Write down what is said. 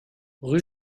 rue